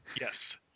Yes